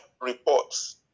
reports